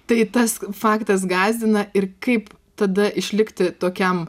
tai tas faktas gąsdina ir kaip tada išlikti tokiam